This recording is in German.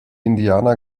indianer